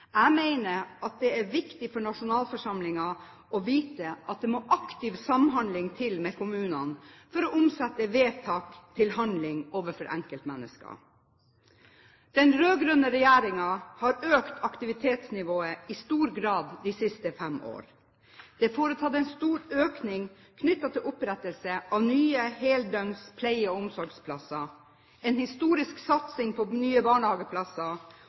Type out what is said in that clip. Jeg mener at det er viktig for nasjonalforsamlingen å vite at det må aktiv samhandling til med kommunene for å omsette vedtak til handling overfor enkeltmennesker. Den rød-grønne regjeringen har økt aktivitetsnivået i stor grad de siste fem år. Det er foretatt en stor økning knyttet til opprettelse av nye heldøgns pleie- og omsorgsplasser, en historisk satsing på nye barnehageplasser